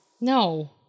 No